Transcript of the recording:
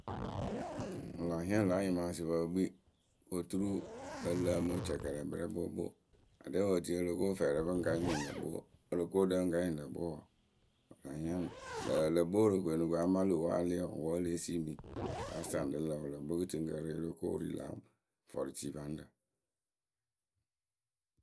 Wɨ laa hiŋ la anyɩmaasɩpǝ pɨ kpii kɨ oturu ǝ lǝǝmɨ wɨcɛkɛlɛkpǝ rɛ kpookpoo aɖɛ wǝ e tini o lo ko fɛɛrɛ a pɨŋ ka nyɩŋ lǝ̈ kpoo, o lo ko ɖǝǝ a pɨŋ ka nyɩŋ lǝ̈ kpoo wǝǝ wɨ la hiaŋ lǝ̈ wɨlǝkpǝ we Worokoyǝ ŋ no koonu amaa lö we a yaa lée yee wǝǝ wǝ wǝ́ e lée siimǝ kɨ a saŋ lǝ̈ wɨlǝkpǝ we kɨtɨkǝ e ree o lóo ko wɨ ri la vɔrʊtiipanɨrǝ.